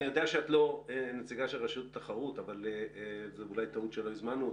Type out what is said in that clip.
אני יודע שאת לא נציגה של רשות התחרות ואולי זאת טעות שלא הזמנו אותם.